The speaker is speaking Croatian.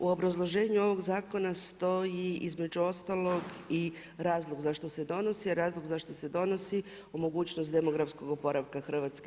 U obrazloženju ovoga zakona stoji između ostalog i razlog zašto se donosi, razlog zašto se donosi, mogućnost demografskog oporavka Hrvatske.